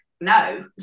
no